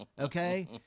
okay